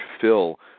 fill